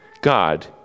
God